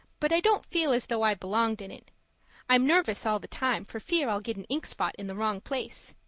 but i don't feel as though i belonged in it i'm nervous all the time for fear i'll get an ink spot in the wrong place.